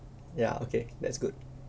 ya okay that's good